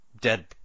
dead